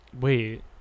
Wait